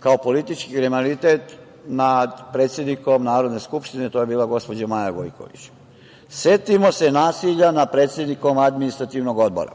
kao politički kriminalitet nad predsednikom Narodne skupštine, to je bila gospođa Maja Gojković. Setimo se nasilja nad predsednikom Administrativnog odbora.